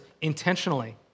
intentionally